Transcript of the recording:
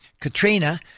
Katrina